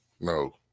no